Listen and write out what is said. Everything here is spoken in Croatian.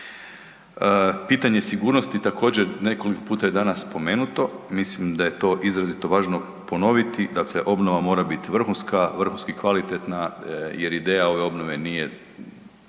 Pitanje sigurnosti također, nekoliko puta je danas spomenuto. Mislim da je to izrazito važno ponoviti. Dakle, obnova mora biti vrhunska, vrhunski kvalitetna jer ideja ove obnove nije